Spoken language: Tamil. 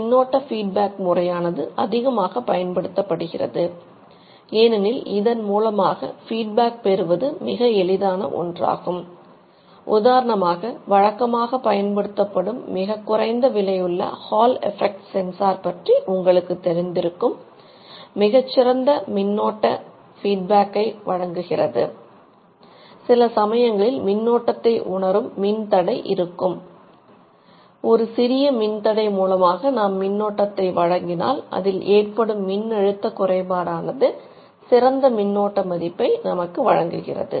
மின்னோட்ட ஃபீட்பேக் சிறந்த மின்னோட்ட மதிப்பை நமக்கு வழங்குகிறது